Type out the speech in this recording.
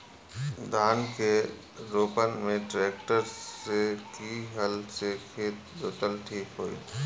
धान के रोपन मे ट्रेक्टर से की हल से खेत जोतल ठीक होई?